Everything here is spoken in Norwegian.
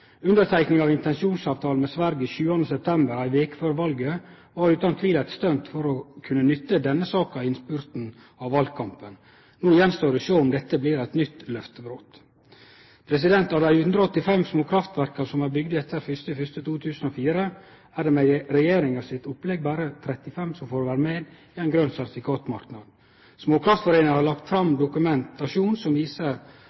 utan tvil eit stunt for å kunne nytte denne saka i innspurten av valkampen. No gjenstår det å sjå om dette blir eit nytt løftebrot. Av dei 185 småkraftverka som er bygde etter 1. januar 2004, er det med regjeringa sitt opplegg berre 35 som får vere med i ein grøn sertifikatmarknad. Småkraftforeninga har lagt